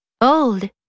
old